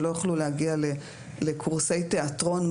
שלא יוכלו להגיע לקורסי תיאטרון,